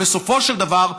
בסופו של דבר,